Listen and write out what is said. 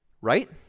Right